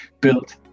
built